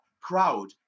crowd